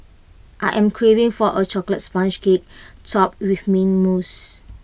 I am craving for A Chocolate Sponge Cake Topped with Mint Mousse